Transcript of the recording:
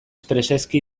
preseski